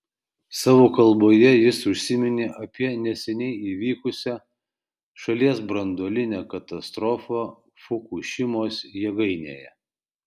savo kalboje jis užsiminė apie neseniai įvykusią šalies branduolinę katastrofą fukušimos jėgainėje